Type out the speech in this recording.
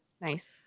Nice